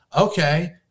Okay